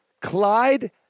Clyde